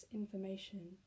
information